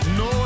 no